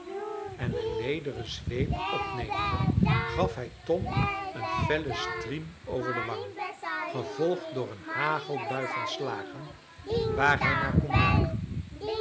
en een lederen zweep opnemende gaf hij tom een fellen striem over de wang gevolgd door een hagelbui van slagen waar hij maar kon raken